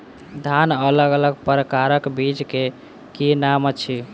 धान अलग अलग प्रकारक बीज केँ की नाम अछि?